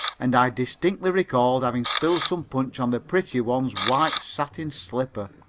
and i distinctly recalled having spilled some punch on the prettier one's white satin slipper.